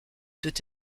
peut